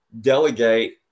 delegate